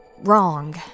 wrong